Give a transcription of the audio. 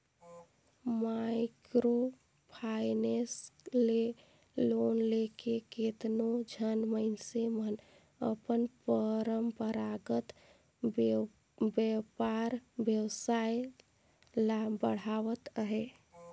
micro finance ले loan लेके केतनो झन मइनसे मन अपन परंपरागत बयपार बेवसाय ल बढ़ावत अहें